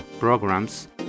programs